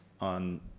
on